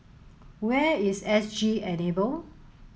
where is S G Enable